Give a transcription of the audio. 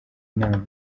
inama